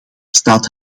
staat